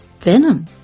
venom